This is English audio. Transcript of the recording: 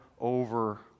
over